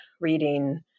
reading